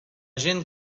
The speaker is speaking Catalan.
gent